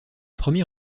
premier